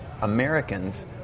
Americans